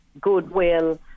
goodwill